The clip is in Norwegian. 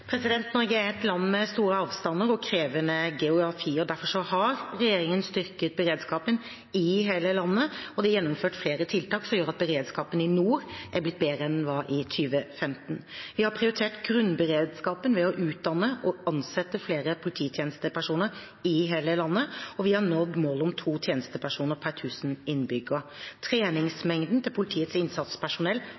2015?» Norge er et land med store avstander og krevende geografi. Derfor har regjeringen styrket beredskapen i hele landet, og det er gjennomført flere tiltak som gjør at beredskapen i nord er blitt bedre enn den var i 2015. Vi har prioritert grunnberedskapen ved å utdanne og ansette flere polititjenestepersoner i hele landet, og vi har nådd målet om to tjenestepersoner per tusen innbyggere.